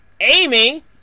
Amy